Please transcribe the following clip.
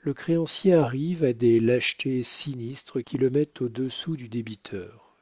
le créancier arrive à des lâchetés sinistres qui le mettent au-dessous du débiteur